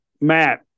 Matt